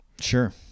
Sure